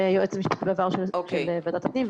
והיועצת המשפטית בעבר של ועדת הפנים.